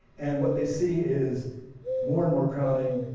and what they see is more and more crowding,